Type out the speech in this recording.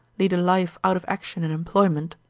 lead a life out of action and employment,